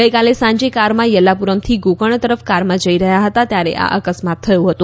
ગઈકાલે સાંજે કારમાં યલ્લાપુરથી ગોકર્ણ તરફ કારમાં જઈ રહ્યા હતા ત્યારે આ અકસ્માત થયો હતો